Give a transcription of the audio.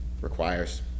requires